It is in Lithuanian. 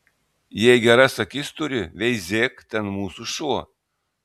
jei geras akis turi veizėk ten mūsų šuo